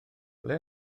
ble